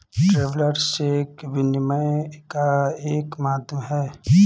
travellers cheque विनिमय का एक माध्यम है